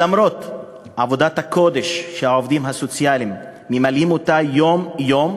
למרות עבודת הקודש שהעובדים הסוציאליים ממלאים יום-יום,